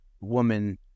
woman